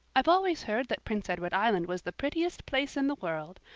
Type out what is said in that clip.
i've always heard that prince edward island was the prettiest place in the world,